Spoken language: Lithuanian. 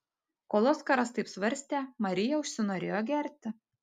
kol oskaras taip svarstė marija užsinorėjo gerti